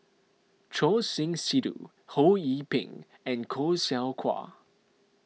Choor Singh Sidhu Ho Yee Ping and Khoo Seow Hwa